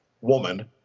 woman